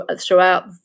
throughout